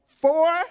Four